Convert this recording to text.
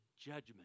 judgment